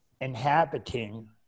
inhabiting